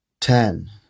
ten